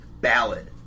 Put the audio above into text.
ballad